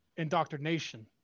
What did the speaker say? indoctrination